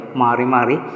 mari-mari